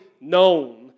known